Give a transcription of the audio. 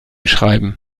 schreiben